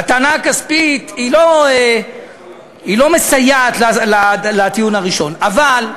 הטענה הכספית לא מסייעת לטיעון הראשון, אבל,